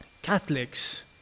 Catholics